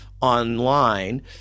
online